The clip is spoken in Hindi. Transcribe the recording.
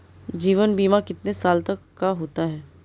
जीवन बीमा कितने साल तक का होता है?